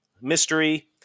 mystery